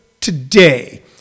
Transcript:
today